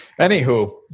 Anywho